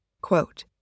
quote